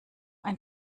ein